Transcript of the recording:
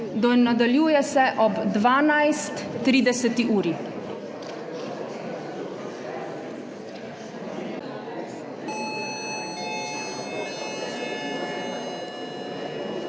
Nadaljuje se ob 12 30. uri.